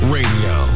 Radio